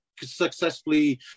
successfully